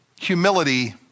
Humility